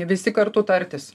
visi kartu tartis